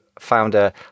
founder